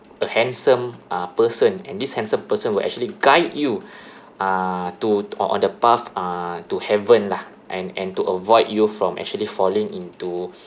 a handsome uh person and this handsome person will actually guide you uh to on on the path uh to heaven lah and and to avoid you from actually falling into